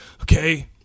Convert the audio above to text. Okay